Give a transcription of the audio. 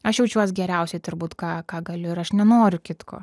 aš jaučiuos geriausiai turbūt ką ką galiu ir aš nenoriu kitko